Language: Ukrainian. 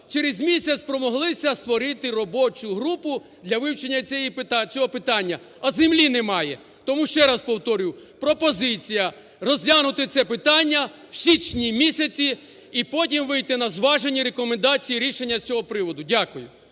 Через місяць спромоглися створити робочу групу для вивчення цього питання. А землі немає. Тому ще раз повторюю, пропозиція розглянути це питання в січні місяці і потім вийти на зважені рекомендації рішення з цього приводу. Дякую.